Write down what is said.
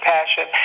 passion